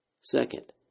Second